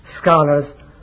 scholars